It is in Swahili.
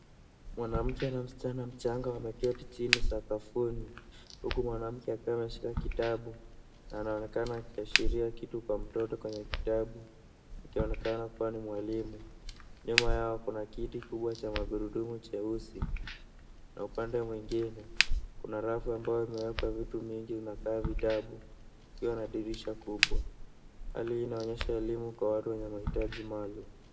Mwanamke na msichana mchanga wameketi chini sakafuni, huku mwanamke akiwa ameshika kitabu. Anaonekana akiashiria kitu kwa mtoto kwenye kitabu, ikionekana kuwa ni mwalimu. Nyuma yao kuna kiti kikubwa cha magurudumu cheusi, na upande mwingine kuna rafu ambayo imewekwa vitu mingi zinakaa vitabu, ikiwa na dirisha kubwa. Hali hii inaonyesha elimu kwa watu wenye mahitaji maalum.